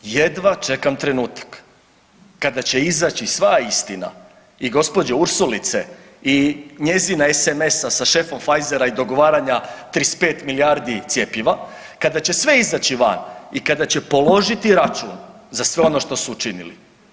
Jedva čekam trenutak kada će izaći sva istina i gospođe Ursulice i njezina SMS-a sa šefom Pfizera i dogovaranja 35 milijardi cjepiva, kada će sve izaći van i kada će položiti račun za sve ono što su učinili.